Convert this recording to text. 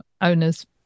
owners